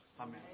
Amen